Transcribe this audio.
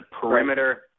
perimeter